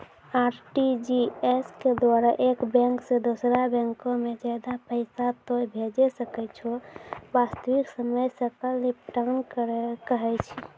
RTGS के द्वारा एक बैंक से दोसरा बैंको मे ज्यादा पैसा तोय भेजै सकै छौ वास्तविक समय सकल निपटान कहै छै?